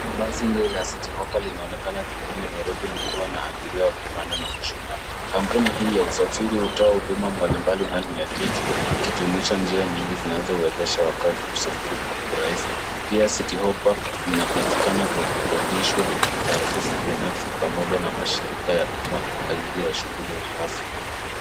Basi hili la Citi Hoppa linaonekana jijini Nairobi likiwa na abiria wakipanda na kushuka. Kampuni hii ya usafiri hutoa huduma mbalimbali ndani ya jiji ikijumuisha njia nyingi zinazowezesha wakazi kusafiri kwa urahisi. Pia Citi Hoppa inapatikana kwa kukodishwa na taasisi binafsi pamoja na mashirika ya umma kwa ajili ya shughuli rasmi.